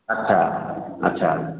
ଆଚ୍ଛା ଆଚ୍ଛା